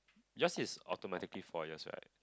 yours is automatically four years right